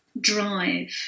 drive